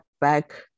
back